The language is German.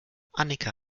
annika